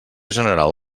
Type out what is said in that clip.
general